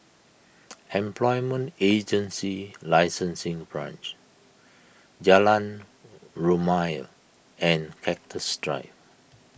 Employment Agency Licensing Branch Jalan Rumia and Cactus Drive